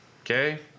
Okay